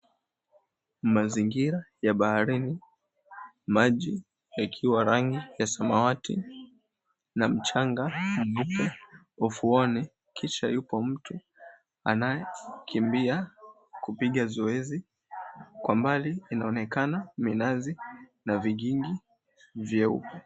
Mazingira ya baharini, maji yakiwa rangi ya samawati na mchanga mweupe ufuoni, kisha yupo mtu anayekimbia kupiga zoezi, kwa mbali inaonekana minazi na vigingi nyeupe.